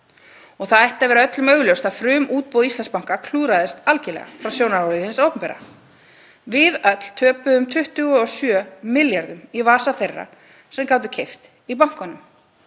Það ætti að vera öllum augljóst að frumútboð Íslandsbanka klúðraðist algerlega frá sjónarhóli hins opinbera. Við öll töpuðum 27 milljörðum í vasa þeirra sem gátu keypt í bankanum.